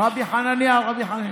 "רבי חנניה", "רבי חנניה".